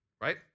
Right